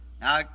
Now